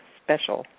special